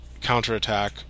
counterattack